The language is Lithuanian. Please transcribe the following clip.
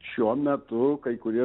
šiuo metu kai kurie